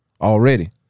already